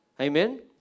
Amen